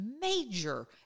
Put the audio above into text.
major